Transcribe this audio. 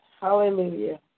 Hallelujah